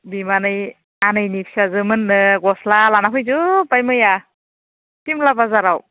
बिमानै आनैनि फिसाजो मोननो गस्ला लाना फैजोबबाय मैया सिमला बाजाराव